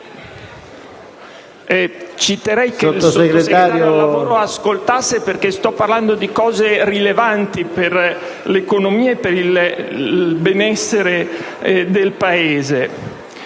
Ci terrei che il Sottosegretario per il lavoro mi ascoltasse, perché sto parlando di cose rilevanti per l'economia e per il benessere del Paese...